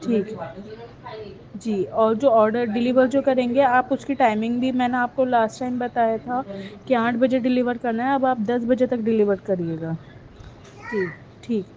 ٹھیک ہے جی اور جو آڈر ڈیلیور جو کریں گے آپ اس کی ٹائمنگ بھی میں نے آپ کو لاسٹ ٹائم بتایا تھا کہ آٹھ بجے ڈیلیور کرنا ہے اب آپ دس بجے تک ڈیلیور کریے گا ٹھیک ٹھیک